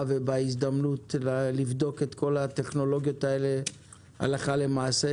ובהזדמנות לבדוק את כל הטכנולוגיות האלה הלכה למעשה.